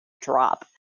drop